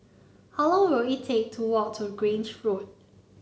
how long will it take to walk to Grange Road